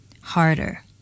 harder